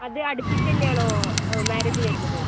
അത് അടുപ്പിച്ച് തന്നെയാണോ ആ മാരിജ് വരുന്നത്